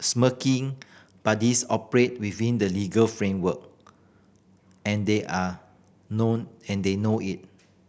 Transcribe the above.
smirking buddies operate within the legal framework and they are know and they know it